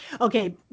Okay